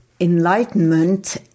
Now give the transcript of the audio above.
Enlightenment